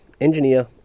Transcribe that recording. engineer